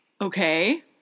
Okay